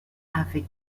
avec